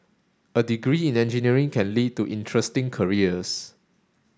a degree in engineering can lead to interesting careers